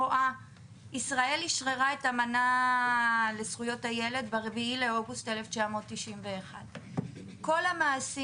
ישראל אשררה את האמנה לזכויות הילד ב-4 באוגוסט 1991. כל המעשים